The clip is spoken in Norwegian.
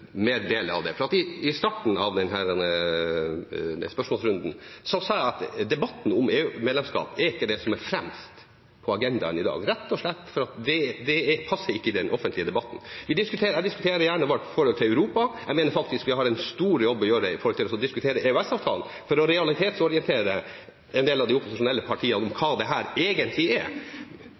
i starten av denne spørsmålsrunden sa jeg at debatten om EU-medlemskap er ikke det som er fremst på agendaen i dag, rett og slett fordi det ikke passer i den offentlige debatten. Jeg diskuterer gjerne vårt forhold til Europa. Jeg mener faktisk vi har en stor jobb å gjøre med tanke på å diskutere EØS-avtalen for å realitetsorientere en del av opposisjonspartiene om hva dette egentlig er.